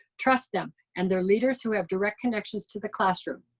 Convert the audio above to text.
trust them and their leaders who have direct connections to the classroom.